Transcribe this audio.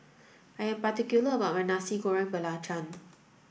I am particular about my Nasi Goreng Belacan